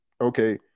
okay